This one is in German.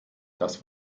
das